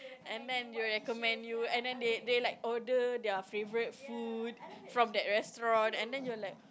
and then will recommend you and then they they like order their favourite food from that restaurant and then you're like